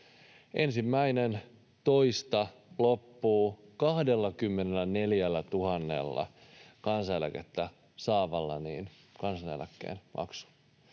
maksun — 1.2. loppuu 24 000:lla kansaneläkettä saavalla kansaneläkkeen maksu.